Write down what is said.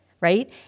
right